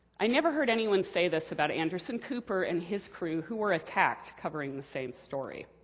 i never heard anyone say this about anderson cooper and his crew, who were attacked covering the same story.